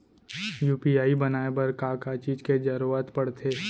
UPI बनाए बर का का चीज के जरवत पड़थे?